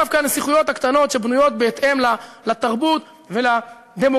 דווקא הנסיכויות הקטנות שבנויות בהתאם לתרבות ולדמוגרפיה,